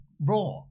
Raw